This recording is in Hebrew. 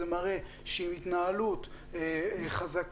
זה מראה שעם התנהלות חזקה,